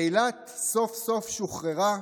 אילת סוף-סוף שוחררה.